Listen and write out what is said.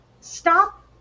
Stop